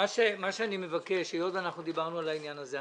היות ואנחנו דיברנו על העניין הזה,